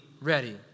ready